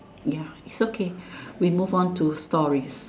ya it's okay we move on to stories